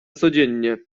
codziennie